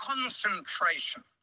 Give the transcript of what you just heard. concentration